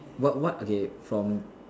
what what okay from